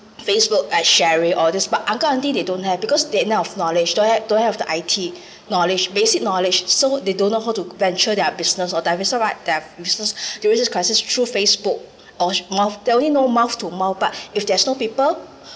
Facebook and sharing all this but uncle aunty they don't have because they lack of knowledge don't have don't have the I_T knowledge basic knowledge so they don't know how to venture their business or diversify their business during this crisis through Facebook or mouth they only know mouth to mouth but if there's no people